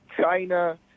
china